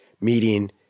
meeting